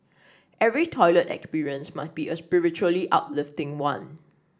every toilet experience must be a spiritually uplifting one